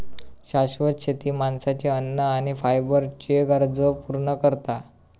शाश्वत शेती माणसाची अन्न आणि फायबरच्ये गरजो पूर्ण करता